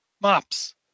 Mops